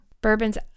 Bourbons